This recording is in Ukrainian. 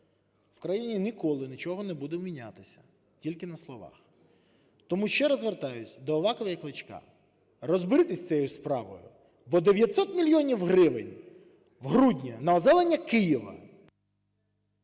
в країні ніколи нічого не буде мінятися, тільки на словах. Тому ще раз звертаюся до Авакова і Кличка: розберіться з цією справою, бо 900 мільйонів гривень у грудні на озеленення Києва…